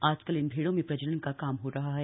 आजकल इन भेड़ों में प्रजनन का काम हो रहा है